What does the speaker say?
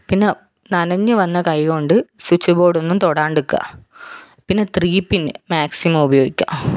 പിന്നെ നനഞ്ഞ് വന്ന കൈകൊണ്ട് സ്വിച്ച് ബോഡ് ഒന്നും തൊടാണ്ടിരിക്കുക പിന്നെ ത്രീ പിൻ മാക്സിമം ഉപയോഗിക്കുക